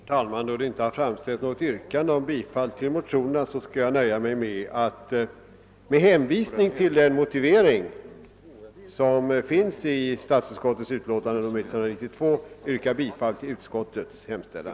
Herr talman! Då det inte har framställts något yrkande om bifall till motionerna skall jag nöja mig med att under hänvisning till den motivering som anförts i statsutskottets utlåtande nr 192 yrka bifall till utskottets hemställan.